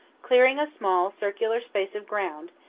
clearing a small, circular space of ground,